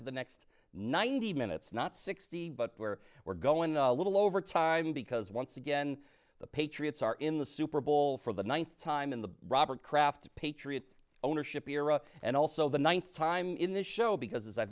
for the next ninety minutes not sixty but where we're going over time because once again the patriots are in the super bowl for the ninth time in the robert kraft patriots ownership era and also the ninth time in the show because as i